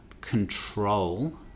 control